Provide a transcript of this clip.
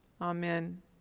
Amen